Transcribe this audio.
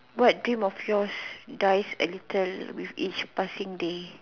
what dream of yours dies a little with each passing day